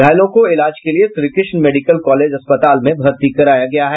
घायलों को इलाज के लिये श्रीकृष्ण मेडिकल कॉलेज अस्पताल में भर्ती कराया गया है